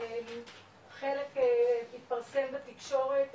חלק התפרסם בתקשורת,